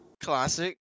Classic